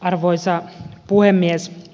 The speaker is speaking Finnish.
arvoisa puhemies